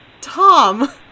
Tom